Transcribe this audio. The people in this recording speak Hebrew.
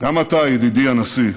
ידידי הנשיא,